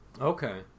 okay